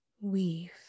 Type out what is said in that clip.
weave